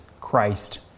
Christ